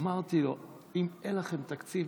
אמרתי לו: אם אין לכם תקציב,